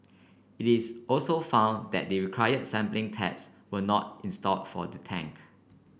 it is also found that the required sampling taps were not installed for the tank